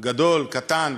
גדול, קטן: